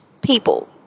people